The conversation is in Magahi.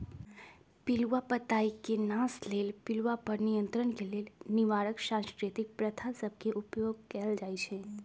पिलूआ पताई के नाश लेल पिलुआ पर नियंत्रण के लेल निवारक सांस्कृतिक प्रथा सभ के उपयोग कएल जाइ छइ